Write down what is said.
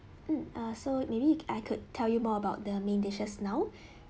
mm ah so maybe I could tell you more about the main dishes now